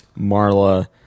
Marla